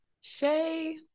Shay